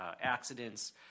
accidents